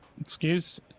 excuse